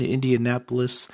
Indianapolis